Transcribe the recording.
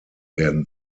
werden